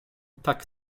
tak